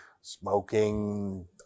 smoking